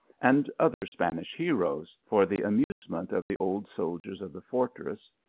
and other spanish heroes, for the amusement of the old soldiers of the fortress,